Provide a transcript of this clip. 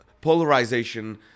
polarization